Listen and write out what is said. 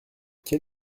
quel